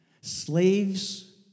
slaves